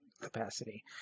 capacity